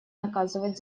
наказывать